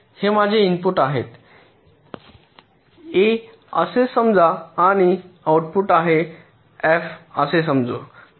हे माझे इनपुट आहे ए असे समजा आणि हे आउटपुट आहे f असे समजू